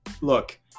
Look